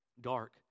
dark